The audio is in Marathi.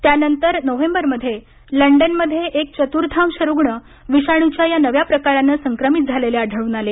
त्यानंतर नोव्हेंबरमध्ये लंडनमध्ये एक चतुर्थांश रुग्ण विषाणूच्या या नव्या प्रकारानं संक्रमित झालेले आढळून आले